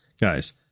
guys